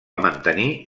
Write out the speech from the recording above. mantenir